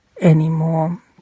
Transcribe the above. anymore